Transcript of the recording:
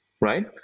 right